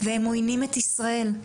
והם עויינים את ישראל.